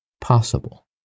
possible